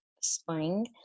spring